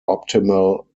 optimal